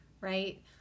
right